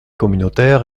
communautaire